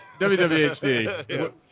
WWHD